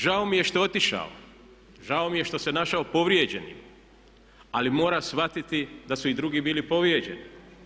Žao mi je što je otišao, žao mi je što se našao povrijeđenim, ali mora shvatiti da su i drugi bili povrijeđeni.